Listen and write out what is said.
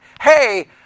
hey